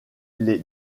les